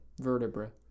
Vertebra